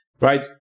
right